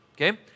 okay